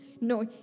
No